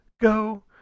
go